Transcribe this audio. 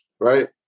right